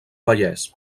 vallès